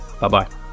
Bye-bye